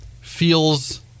feels